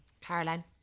Caroline